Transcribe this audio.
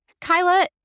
Kyla